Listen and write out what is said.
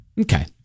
Okay